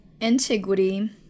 antiquity